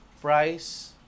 price